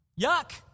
yuck